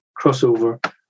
crossover